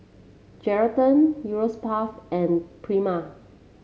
Geraldton Europace and Prima